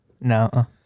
No